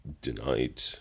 denied